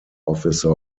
officer